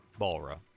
Balra